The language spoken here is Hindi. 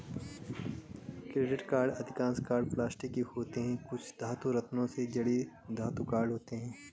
क्रेडिट कार्ड अधिकांश कार्ड प्लास्टिक के होते हैं, कुछ धातु, रत्नों से जड़े धातु कार्ड होते हैं